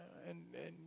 and and